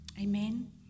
Amen